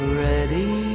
ready